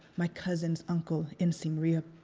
my cousin's uncle in siem reap.